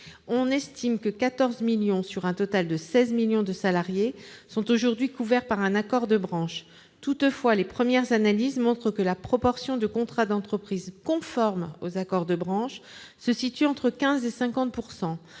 On estime que 14 millions de salariés, sur un total de 16 millions, sont aujourd'hui couverts par un accord de branche. Toutefois, les premières analyses montrent que la proportion de contrats d'entreprise conformes aux accords de branche se situe entre 15 % et 50 %.